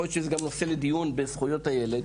יכול להיות שזה גם נושא לדיון בוועדה לזכויות הילד.